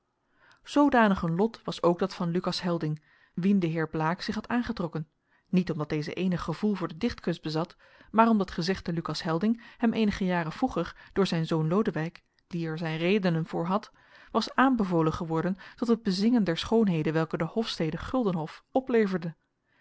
zoodanig een lot was ook dat van lucas helding wien de heer blaek zich had aangetrokken niet omdat deze eenig gevoel voor de dichtkunst bezat maar omdat gezegde lucas helding hem eenige jaren vroeger door zijn zoon lodewijk die er zijn redenen voor had was aanbevolen geworden tot het bezingen der schoonheden welke de hofstede guldenhof opleverde